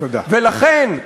ולכן,